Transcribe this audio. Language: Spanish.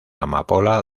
amapola